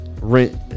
Rent